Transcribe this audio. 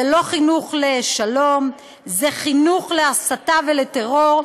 זה לא חינוך לשלום, זה חינוך להסתה ולטרור.